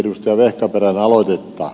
vehkaperän aloitetta